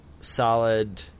solid